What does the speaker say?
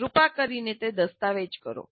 કૃપા કરીને તે દસ્તાવેજ કરો